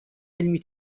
علمی